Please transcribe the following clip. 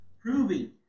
proving